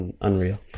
unreal